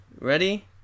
Ready